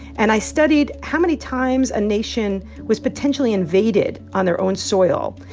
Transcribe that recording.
and i studied how many times a nation was potentially invaded on their own soil,